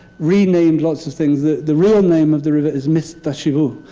renamed lots of things the the real name of the river is mishtashipu,